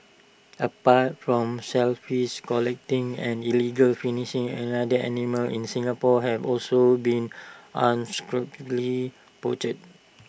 apart from shellfish collecting and illegal finishing and another animals in Singapore have also been unscrupulously poached